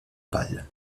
pal